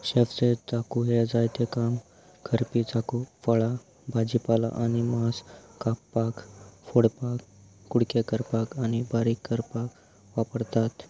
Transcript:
chefs चाकू हें जाय तें काम करपी चाकू फळां भाजी पालो आनी मास कापपाक फोडपाक कुडके करपाक आनी बारीक करपाक वापरतात